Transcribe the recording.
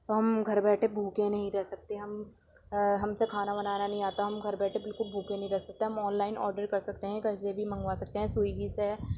تو ہم گھر بیٹھے بھوکے نہیں رہ سکتے ہم ہم سے کھانا بنانا نہیں آتا ہم گھر بیٹھے بالکل بھوکے نہیں رہ سکتے ہم آن لائن آرڈر کر سکتے ہیں کہیں سے بھی منگوا سکتے ہیں سویگی سے